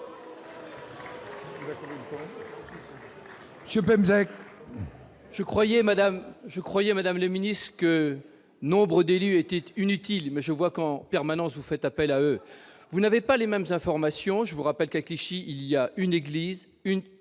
croyais madame je croyais, Madame la Ministre, que nombre d'élus était une utile mais je vois qu'en permanence vous faites appel à vous n'avez pas les mêmes informations, je vous rappelle qu'à Clichy, il y a une église, une,